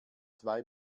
zwei